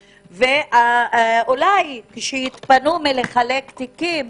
ואולי, כשיתפנו מחלוקת תיקים